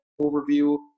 overview